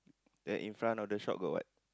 then in front of the shop got what